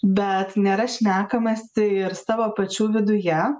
bet nėra šnekamasi ir savo pačių viduje